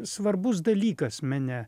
svarbus dalykas mene